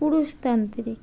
পুরুষতান্ত্রিক